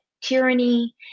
tyranny